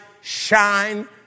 shine